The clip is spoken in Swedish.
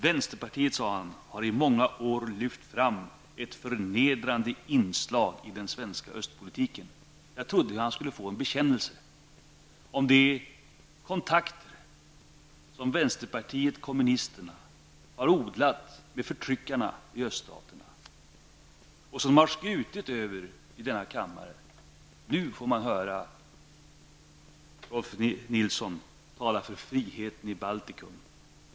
Vänsterpartiet, sade han, har i många år lyft fram ett förnedrande inslag i den svenska östpolitiken. Jag trodde att vi skulle få en bekännelse beträffande de kontakter som vänsterpartiet kommunisterna har odlat med förtryckarna i öststaterna och som dess företrädare har skrutits över i denna kammare. Nu får vi höra Rolf L Nilson tala för friheten i Baltikum.